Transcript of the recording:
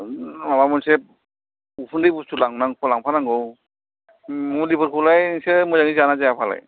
माबा मोनसे उखुन्दै बुस्तु लांफानांगौ मुलिफोरखौलाय नोसोर मोजाङै जायोना जायाफालाय